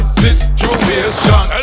situation